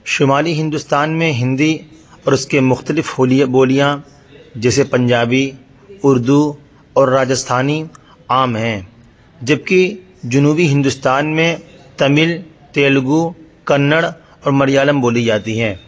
شمالی ہندوستان میں ہندی اور اس کے مختلف حلیے بولیاں جیسے پنجابی اردو اور راجستھانی عام ہیں جبکہ جنوبی ہندوستان میں تمل تیلگو کنڑ اور ملیالم بولی جاتی ہیں